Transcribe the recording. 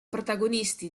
protagonisti